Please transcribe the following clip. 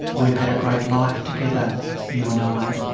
we've had a great life together you and i.